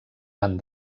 van